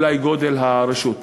אולי גודל הרשות.